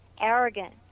arrogant